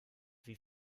wie